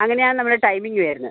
അങ്ങനെയാണ് നമ്മള ടൈമിംഗ് വരുന്നത്